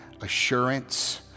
assurance